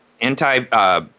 anti